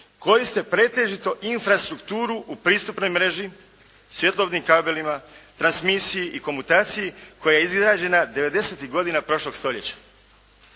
koriste pretežno infrastrukturu u pristupnoj mreži, …/Govornik se ne razumije./… kabelima, transmisiji i komutaciji koja je izgrađena '90.-tih godina prošlog stoljeća.